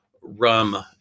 rum